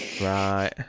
Right